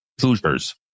Hoosiers